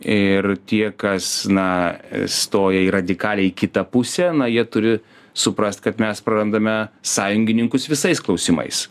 ir tie kas na stoja į radikalią į kitą pusę na jie turi suprast kad mes prarandame sąjungininkus visais klausimais